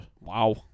Wow